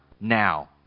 now